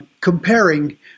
comparing